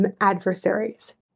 adversaries